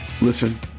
listen